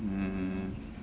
mm